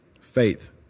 faith